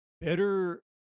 better